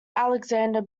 alexander